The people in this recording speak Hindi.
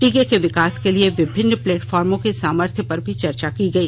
टीके के विकास के लिए विभिन्न प्लेटफार्मों के सामर्थ्य पर भी चर्चा की गई